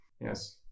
yes